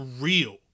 real